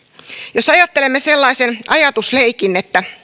jos ajattelemme sellaisen ajatusleikin että